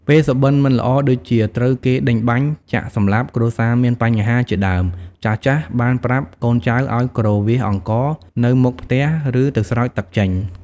ពេលសុបិនមិនល្អដូចជា ត្រូវគេដេញបាញ់ ចាក់សម្លាប់ គ្រួសារមានបញ្ហាជាដើម ចាស់ៗបានប្រាប់កូនចៅឲ្យគ្រវាសអង្ករនៅមុខផ្ទះ ឬទៅស្រោចទឹកចេញ។